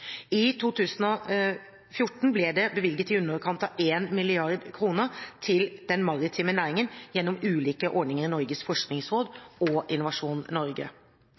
I 2014 ble det bevilget i underkant av 1 mrd. kr til den maritime næringen gjennom ulike ordninger i Norges forskningsråd og Innovasjon Norge.